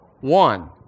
one